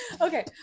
Okay